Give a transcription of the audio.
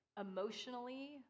emotionally